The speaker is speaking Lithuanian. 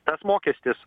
tas mokestis